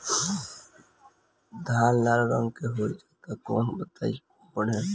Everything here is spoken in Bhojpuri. धान लाल रंग के हो जाता कवन दवाई पढ़े?